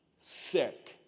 sick